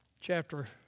chapter